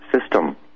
system